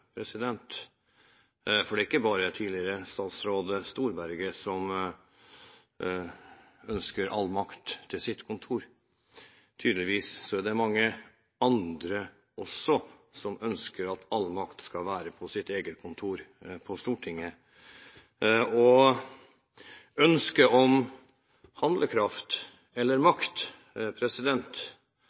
landet, for det er ikke bare tidligere statsråd Storberget som ønsker all makt til sitt kontor. Det er tydeligvis mange andre også som ønsker at all makt skal være på deres eget kontor på Stortinget. Ønsket om handlekraft eller makt